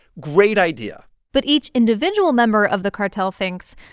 great idea but each individual member of the cartel thinks,